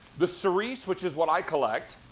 the cerise, which is what i collect.